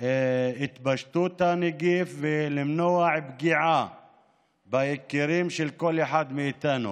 את התפשטות הנגיף ולמנוע פגיעה ביקרים של כל אחד מאיתנו